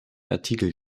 artikel